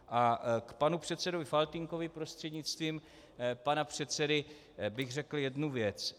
K panu předsedovi Faltýnkovi prostřednictvím pana předsedy bych řekl jednu věc.